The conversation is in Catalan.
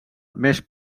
més